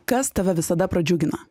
kas tave visada pradžiugina